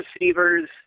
receivers